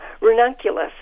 ranunculus